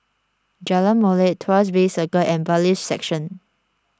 Jalan Molek Tuas Bay Circle and Bailiffs' Section